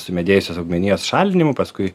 sumedėjusios augmenijos šalinimu paskui